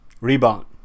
rebound